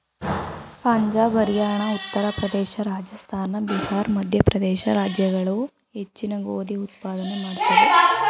ಪಂಜಾಬ್ ಹರಿಯಾಣ ಉತ್ತರ ಪ್ರದೇಶ ರಾಜಸ್ಥಾನ ಬಿಹಾರ್ ಮಧ್ಯಪ್ರದೇಶ ರಾಜ್ಯಗಳು ಹೆಚ್ಚಿನ ಗೋಧಿ ಉತ್ಪಾದನೆ ಮಾಡುತ್ವೆ